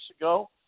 ago